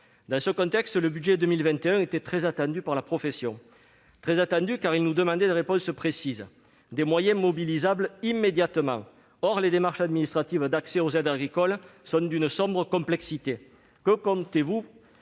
Dans ce contexte, le budget pour 2021 était très attendu par la profession, car elle nous demandait des réponses précises, des moyens mobilisables immédiatement. Or les démarches administratives pour l'accès aux aides agricoles sont d'une sombre complexité. Que comptez-vous